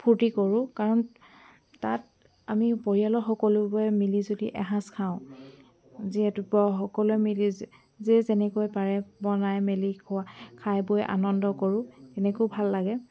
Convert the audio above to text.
ফূৰ্তি কৰোঁ কাৰণ তাত আমি পৰিয়ালৰ সকলোবোৰে মিলি জুলি এসাঁজ খাওঁ যিহেতু পৰ সকলোৱে মিলি যেই যেনেকে পাৰে বনাই মেলি খোৱা খাই বৈ আনন্দ কৰোঁ সেনেকৈও ভাল লাগে